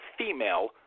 female